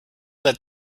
that